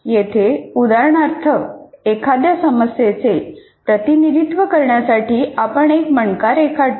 येथे उदाहरणार्थ एखाद्या समस्येचे प्रतिनिधित्व करण्यासाठी आपण एक मणका रेखाटता